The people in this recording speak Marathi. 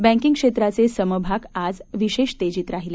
बँकीग क्षेत्राचे समभाग आज विशेष तेजीत राहिले